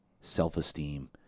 self-esteem